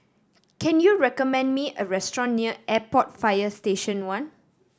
can you recommend me a restaurant near Airport Fire Station One